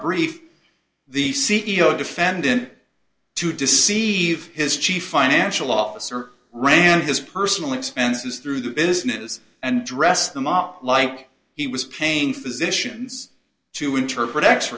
brief the c e o defendant to deceive his chief financial officer ran his personal expenses through the business and dress them up like he was paying physicians to interpret x